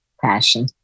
passion